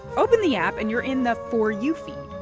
open the app and you're in the for you feed.